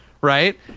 right